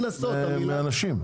0 קנסות.